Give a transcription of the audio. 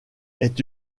est